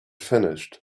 finished